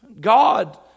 God